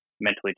mentally